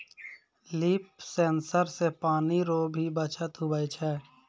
लिफ sensor से पानी रो भी बचत हुवै छै